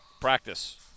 Practice